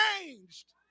changed